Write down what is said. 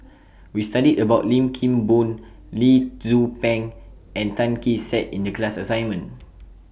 We studied about Lim Kim Boon Lee Tzu Pheng and Tan Kee Sek in The class assignment